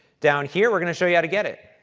down here, we're going to show you how to get it.